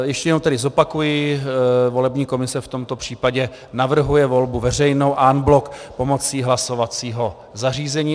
Ještě jednou tedy zopakuji, volební komise v tomto případě navrhuje volbu veřejnou en bloc pomocí hlasovacího zařízení.